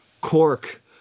Cork